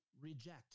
reject